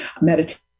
meditation